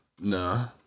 No